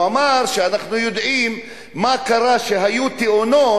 הוא אמר שאנחנו יודעים מה קרה כשהיו "תאונות"